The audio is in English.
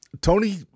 Tony